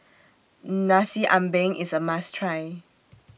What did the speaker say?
Nasi Ambeng IS A must Try